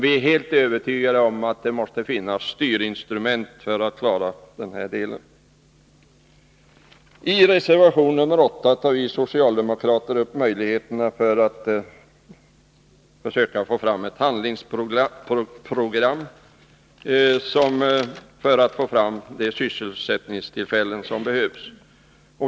Vi är helt övertygade om att det måste finnas styrinstrument för att klara dessa uppgifter. I reservation 8 tar vi socialdemokrater upp möjligheterna att genom ett handlingsprogram skapa de sysselsättningstillfällen som behövs.